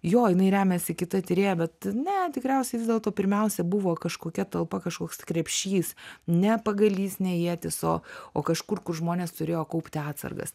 jo jinai remiasi kita tyrėja bet ne tikriausiai vis dėlto pirmiausia buvo kažkokia talpa kažkoks krepšys ne pagalys ne ietis o o kažkur kur žmonės turėjo kaupti atsargas